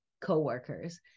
co-workers